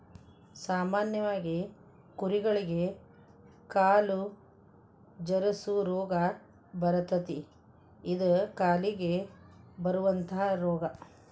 ಸಾಮಾನ್ಯವಾಗಿ ಕುರಿಗಳಿಗೆ ಕಾಲು ಜರಸು ರೋಗಾ ಬರತತಿ ಇದ ಕಾಲಿಗೆ ಬರುವಂತಾ ರೋಗಾ